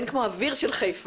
אין כמו האוויר של חיפה.